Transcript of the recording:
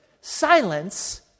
silence